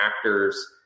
actors